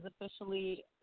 officially